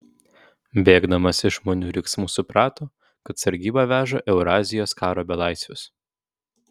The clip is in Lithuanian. bėgdamas iš žmonių riksmų suprato kad sargyba veža eurazijos karo belaisvius